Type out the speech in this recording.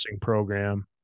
program